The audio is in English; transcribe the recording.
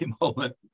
moment